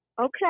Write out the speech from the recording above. okay